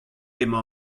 emañ